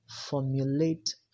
formulate